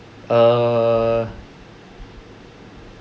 err